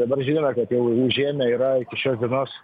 dabar žinome kad jau užėmę yra iki šios dienos